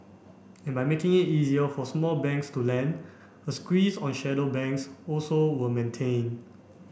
and by making it easier for small banks to lend a squeeze on shadow banks also were maintained